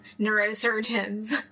neurosurgeons